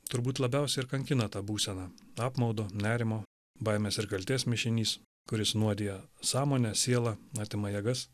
turbūt labiausiai ir kankina ta būsena apmaudo nerimo baimės ir kaltės mišinys kuris nuodija sąmonę sielą atima jėgas